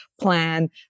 plan